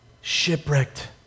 shipwrecked